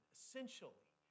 Essentially